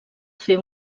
fer